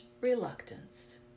reluctance